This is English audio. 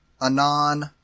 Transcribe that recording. Anon